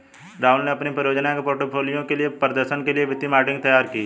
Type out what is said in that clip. राहुल ने अपनी परियोजना के पोर्टफोलियो के प्रदर्शन के लिए वित्तीय मॉडलिंग तैयार की